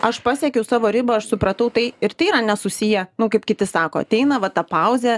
aš pasiekiau savo ribą aš supratau tai ir tai yra nesusiję nu kaip kiti sako ateina va ta pauzė